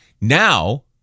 now